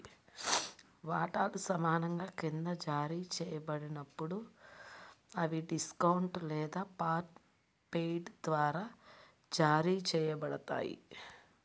వాటాలు సమానంగా క్రింద జారీ చేయబడినప్పుడు, అవి డిస్కౌంట్ లేదా పార్ట్ పెయిడ్ వద్ద జారీ చేయబడతాయి